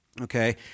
Okay